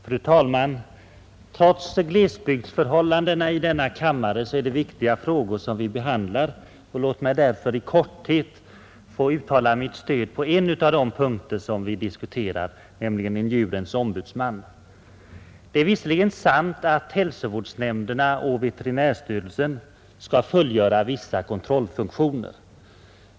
Fru talman! Trots glesbygdsförhållandena i denna kammare är det viktiga frågor som vi behandlar. Låt mig därför i korthet få uttala mitt stöd på en av de punkter vi behandlar, nämligen för en djurens ombudsman. Det är visserligen sant att hälsovårdsnämnderna och veterinärstyrelsen skall fullgöra vissa kontrollfunktioner.